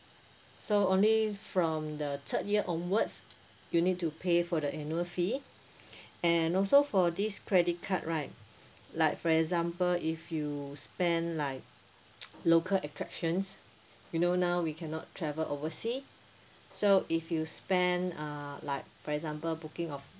so only from the third year onwards you need to pay for the annual fee and also for this credit card right like for example if you spend like local attractions you know now we cannot travel oversea so if you spend uh like for example booking of